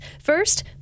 First